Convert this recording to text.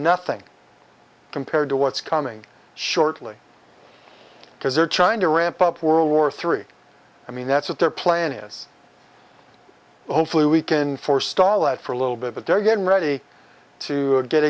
nothing compared to what's coming shortly because they're trying to ramp up world war three i mean that's what their plan is hopefully we can forestall that for a little bit but they're getting ready to get